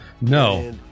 no